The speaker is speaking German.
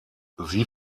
sie